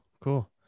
cool